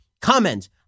comment